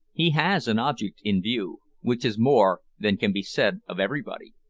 he has an object in view which is more than can be said of everybody.